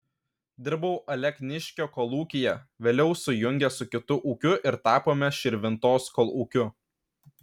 dirbau alekniškio kolūkyje vėliau sujungė su kitu ūkiu ir tapome širvintos kolūkiu